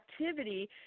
activity